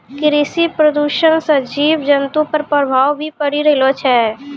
कृषि प्रदूषण से जीव जन्तु पर प्रभाव भी पड़ी रहलो छै